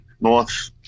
North